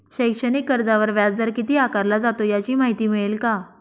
शैक्षणिक कर्जावर व्याजदर किती आकारला जातो? याची माहिती मिळेल का?